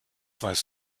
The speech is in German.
weiß